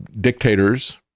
dictators